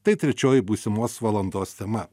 tai trečioji būsimos valandos tema